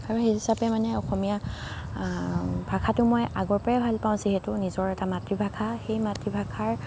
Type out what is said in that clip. আৰু সেই হিচাপে মানে অসমীয়া ভাষাটো মই আগৰ পৰাই ভাল পাওঁ যিহেতু নিজৰ এটা মাতৃভাষা সেই মাতৃভাষাৰ